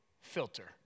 filter